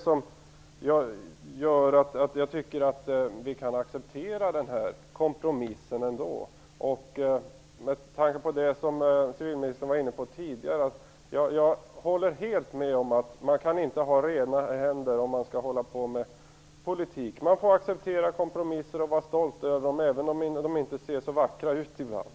Det gör att vi kan acceptera denna kompromiss. Civilministern var tidigare inne på att man inte kan ha rena händer när man håller på med politik. Det håller jag helt med om. Man får acceptera kompromisser och vara stolt över dem, även om de inte alltid är så vackra.